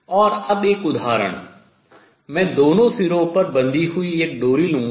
और अब एक उदाहरण मैं दोनों सिरों पर बंधी हुई एक डोरी लूंगा